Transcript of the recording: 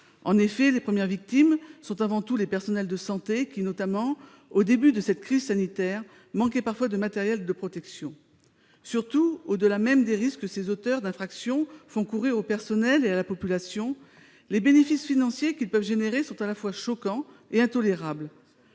En effet, les premières victimes sont les personnels de santé, qui, notamment au début de cette crise sanitaire, manquaient parfois de matériel de protection. Surtout, au-delà même des risques que ces auteurs d'infraction font courir aux personnels de santé et à la population tout entière, les bénéfices financiers qu'ils peuvent susciter sont choquants et intolérables.